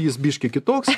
jis biškį kitoks